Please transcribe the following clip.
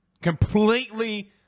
completely